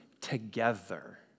together